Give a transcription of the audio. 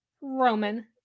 Roman